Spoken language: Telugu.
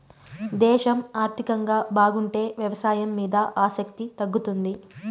దేశం ఆర్థికంగా బాగుంటే వ్యవసాయం మీద ఆసక్తి తగ్గుతుంది